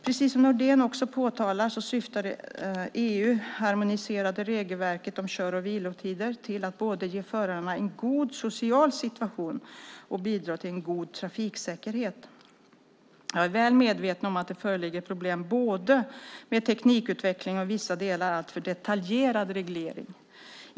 Precis som Marie Nordén också påtalar syftar det EU-harmoniserade regelverket om kör och vilotider till att både ge förarna en god social situation och bidra till en god trafiksäkerhet. Jag är väl medveten om att det föreligger problem med teknikutveckling och i vissa delar en alltför detaljerad reglering.